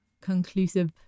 conclusive